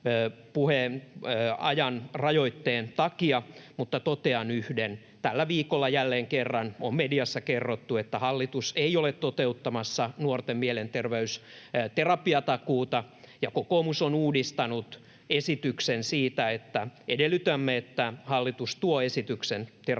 puheajan rajoitteen takia, mutta totean yhden: tällä viikolla jälleen kerran on mediassa kerrottu, että hallitus ei ole toteuttamassa nuorten mielenterveys-, terapiatakuuta, ja kokoomus on uudistanut esityksen siitä, että edellytämme, että hallitus tuo esityksen terapiatakuun